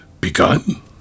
begun